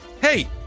Hey